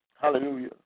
Hallelujah